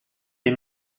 les